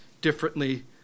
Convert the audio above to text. differently